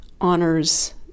Honors